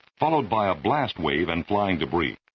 followed by a blast wave and flying debris.